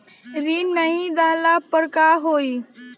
ऋण नही दहला पर का होइ?